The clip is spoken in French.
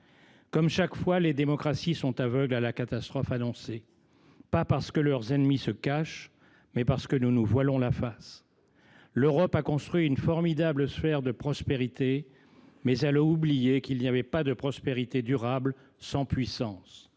Comme chaque fois, les démocraties sont aveugles à la catastrophe annoncée, non pas parce que leurs ennemis se cachent, mais parce que nous nous voilons la face. L’Europe a construit une formidable sphère de prospérité, mais elle a oublié qu’il n’y avait pas de prospérité durable sans puissance,